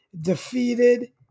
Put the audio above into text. Defeated